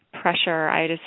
pressure